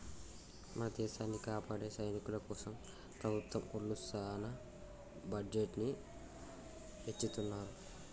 మన దేసాన్ని కాపాడే సైనికుల కోసం ప్రభుత్వం ఒళ్ళు సాన బడ్జెట్ ని ఎచ్చిత్తున్నారు